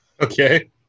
Okay